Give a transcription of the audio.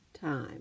time